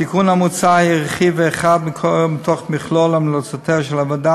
התיקון המוצע הוא רכיב אחד מתוך מכלול המלצותיה של הוועדה